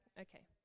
Okay